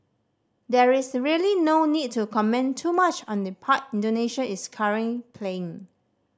there is really no need to comment too much on the part Indonesia is current playing